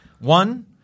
One –